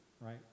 right